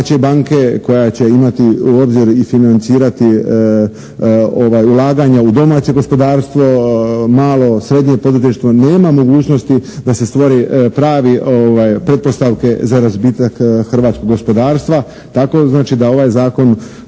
domaće banke koja će imati u obzir i financirati ulaganja u domaće gospodarstvo, malo i srednje poduzetništvo nema mogućnosti da se stvori prave pretpostavke za razvitak hrvatskog gospodarstva tako znači da ovaj zakon